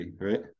right